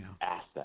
asset